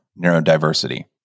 neurodiversity